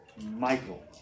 Michael